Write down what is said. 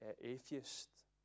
atheist